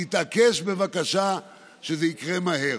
תתעקש בבקשה שזה יקרה מהר.